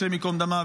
השם ייקום דמה,